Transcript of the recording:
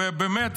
ובאמת,